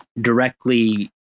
directly